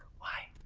why,